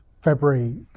February